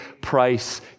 price